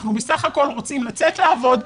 אנחנו בסך הכול רוצים לצאת לעבוד,